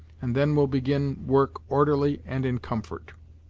and then we'll begin work orderly and in comfort.